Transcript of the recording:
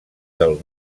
del